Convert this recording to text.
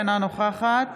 אינה נוכחת